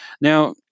Now